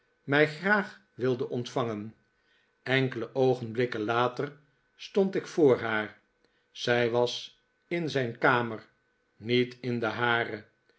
mij graag wilde ontvangen enkele oogenblikken later stond ik voor haar zij was in zijn kamer niet in de hare